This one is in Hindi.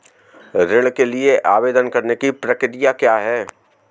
ऋण के लिए आवेदन करने की प्रक्रिया क्या है?